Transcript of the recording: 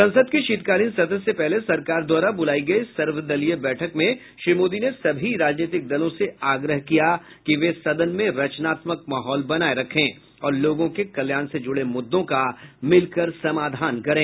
संसद के शीतकालीन सत्र से पहले सरकार द्वारा बुलाई गई सर्वदलीय बैठक में श्री मोदी ने सभी राजनीतिक दलों से आग्रह किया कि वे सदन में रचनात्मक माहौल बनाए रखें और लोगों के कल्याण से जुड़े मुद्दों का मिलकर समाधान करें